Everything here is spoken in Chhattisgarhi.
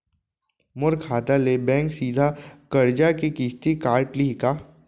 मोर खाता ले बैंक सीधा करजा के किस्ती काट लिही का?